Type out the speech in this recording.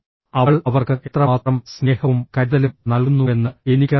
അവൾ അവർക്ക് എത്രമാത്രം സ്നേഹവും കരുതലും നൽകുന്നുവെന്ന് എനിക്കറിയില്ലായിരുന്നു